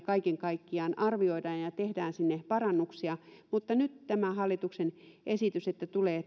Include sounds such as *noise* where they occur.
*unintelligible* kaiken kaikkiaan arvioidaan ja ja tehdään sinne parannuksia mutta sen että tämä hallituksen esitys tulee *unintelligible*